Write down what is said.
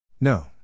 No